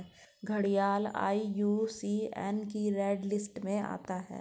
घड़ियाल आई.यू.सी.एन की red list में आता है